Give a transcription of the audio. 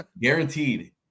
Guaranteed